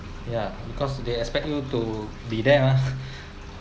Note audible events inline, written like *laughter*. ya because they expect you to be there *laughs*